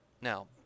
Now